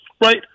right